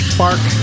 Spark